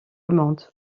monde